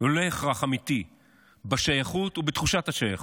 וללא הכרח אמיתי בשייכות ובתחושת השייכות.